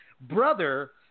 brother